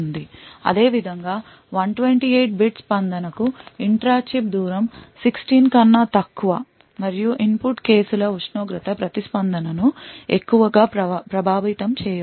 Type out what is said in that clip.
అదేవిధంగా 128 bit ప్రతిస్పందన కు ఇంట్రా చిప్ దూరం 16 కన్నా తక్కువ మరియు ఇన్పుట్ కేసులు ఉష్ణోగ్రత ప్రతిస్పందనను ఎక్కువగా ప్రభావితం చేయవు